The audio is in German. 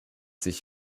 sich